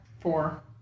Four